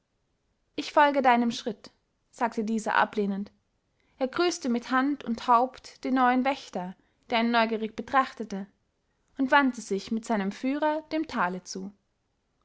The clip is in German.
ich folge deinem schritt sagte dieser ablehnend er grüßte mit hand und haupt den neuen wächter der ihn neugierig betrachtete und wandte sich mit seinem führer dem tale zu